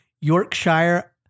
Yorkshire